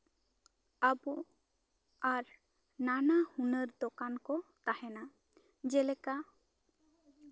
ᱟᱵᱚ ᱟᱨ ᱱᱟᱱᱟ ᱦᱩᱱᱟᱹᱨ ᱫᱚᱠᱟᱱ ᱠᱚ ᱛᱟᱦᱮᱱᱟ ᱡᱮᱞᱮᱠᱟ